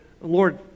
Lord